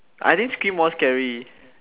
I think scream more scary